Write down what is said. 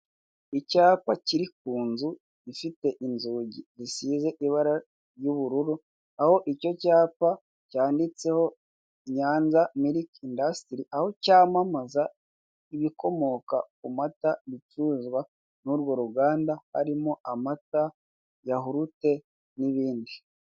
Icyapa kiri kunzu ifite inzugi zisize ibara ry'ubururu aho icyo cyapa cyanditseho Nyanza milk industry aho cyamaamza ibikomoka ku mata bicuruzwa n'urwo ruganda harimo amata, yahurute n'ibindi.